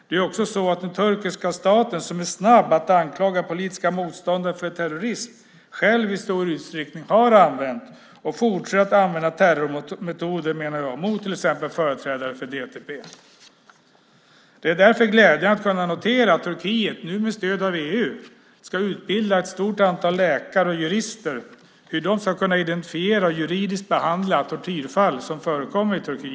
Det är också så att den turkiska staten, som är snabb att anklaga politiska motståndare för terrorism, själv i stor utsträckning har använt och fortsätter att använda terrormetoder mot till exempel företrädare för DTP. Det är därför glädjande att kunna notera att Turkiet nu med stöd av EU ska utbilda ett stort antal läkare och jurister i hur de ska kunna identifiera och juridiskt behandla tortyrfall som förekommer i Turkiet.